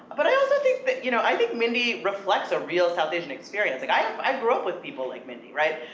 but i also that, you know, i think mindy reflects a real south asian experience. like, i i grew up with people like mindy, right?